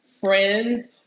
friends